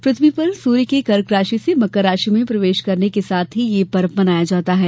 पृथ्वी पर सूर्य के कर्क राशि से मकर राशि में प्रवेश करने के साथ ही ये पर्व मनाया जाता है